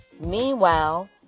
Meanwhile